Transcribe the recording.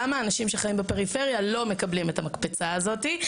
למה אנשים שחיים בפריפריה לא מקבלים את המקפצה הזאת?